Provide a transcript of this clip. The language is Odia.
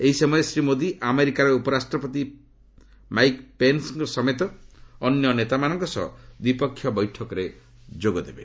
ଏହି ସମୟରେ ଶ୍ରୀ ମୋଦି ଆମେରିକାର ଉପରାଷ୍ଟ୍ରପତି ପେନ୍ସଙ୍କ ସମେତ ଅନ୍ୟ ନେତାମାନଙ୍କ ସହ ଦ୍ୱିପକ୍ଷ ବୈଠକରେ ଯୋଗଦେବେ